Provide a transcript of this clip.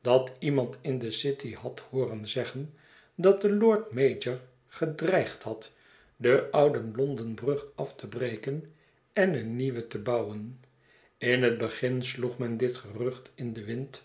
dat iemand in de city had hooren zeggen dat de lord-mayor gedreigd had de oude londen brug af te breken en eene nieuwe te bouwen in het begin sloeg men dit gerucht in den wind